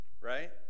right